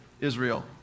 Israel